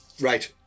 Right